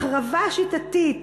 החרבה שיטתית